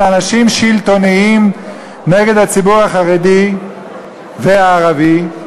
אנשים שלטוניים נגד הציבור החרדי והערבי.